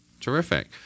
terrific